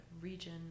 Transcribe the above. region